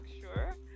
sure